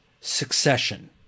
succession